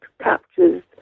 captures